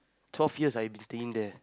so fierce I sitting there